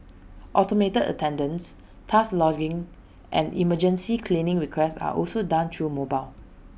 automated attendance task logging and emergency cleaning requests are also done through mobile